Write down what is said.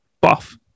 Buff